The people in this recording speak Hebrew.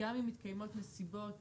וגם אם מתקיימות נסיבות